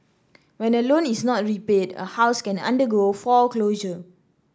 when a loan is not repaid a house can undergo foreclosure